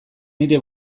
nire